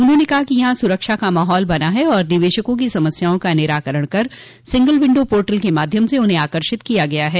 उन्होंने कहा कि यहां सुरक्षा का माहौल बना है तथा निवेशकों की समस्याओं का निराकरण कर सिंगल विंडो पोर्टल के माध्यम से उन्हें आकर्षित किया गया है